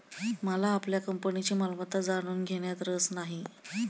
मला आपल्या कंपनीची मालमत्ता जाणून घेण्यात रस नाही